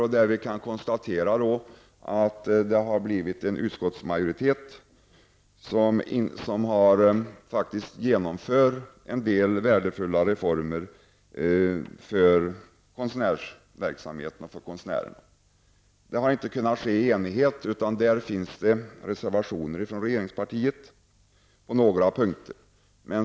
Man kan konstatera att utskottsmajoriteten har tillstyrkt vissa värdefulla reformförslag beträffande konstnärerna. Här finns det på några punkter reservationer från regeringspartiet.